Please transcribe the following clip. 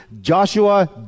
Joshua